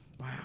Wow